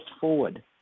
forward